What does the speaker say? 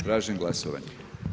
Tražim glasovanje.